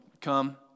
come